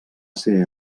ser